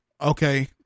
okay